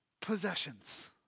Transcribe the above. possessions